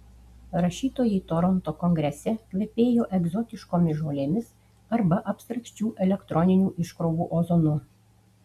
rašytojai toronto kongrese kvepėjo egzotiškomis žolėmis arba abstrakčių elektroninių iškrovų ozonu